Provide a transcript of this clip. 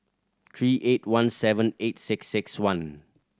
three eight one seven eight six six one